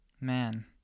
Man